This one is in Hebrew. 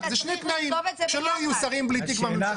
זה שני תנאים, אבל כל אחד בפני עצמו.